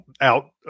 out